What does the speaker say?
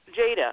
Jada